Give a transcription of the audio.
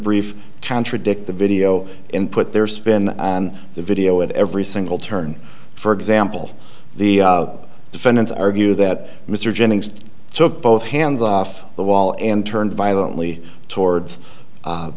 brief contradict the video and put their spin on the video at every single turn for example the defendants argue that mr jennings took both hands off the wall and turned violently towards